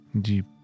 deep